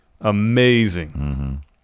Amazing